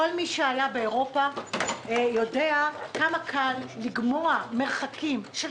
כל מי שהיה באירופה יודע כמה קל לגמוע מרחקים ברכבת.